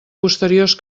posteriors